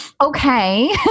okay